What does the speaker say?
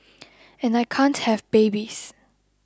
and I can't have babies